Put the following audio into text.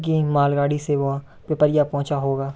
किन मालगाड़ी से वह पिपरिया पहुँचा होगा